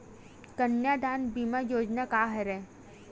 कन्यादान बीमा योजना का हरय?